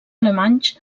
alemanys